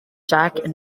jack